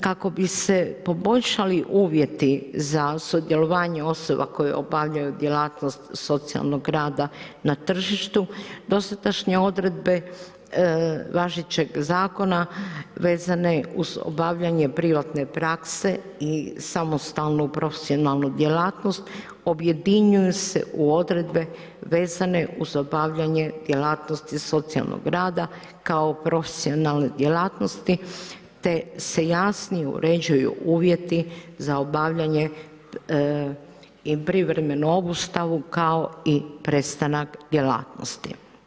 Kako bi se poboljšali uvjeti za sudjelovanje osoba, koje obavljaju djelatnost socijalnog rada na tržištu, dosadašnje odredbe važećeg zakona, vezane uz obavljanje privatne prakse i samostalnu profesionalnu djelatnost, objedinjuju se u odredbe, vezane uz obavljanje djelatnosti socijalnog rada, kao profesionalne djelatnosti, te se jasnije uređuju uvjeti za obavljanje privremenu obustavu, kao i prestanak djelatnosti.